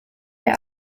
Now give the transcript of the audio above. der